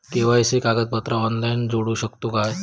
KYC कागदपत्रा online जोडू शकतू का?